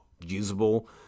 usable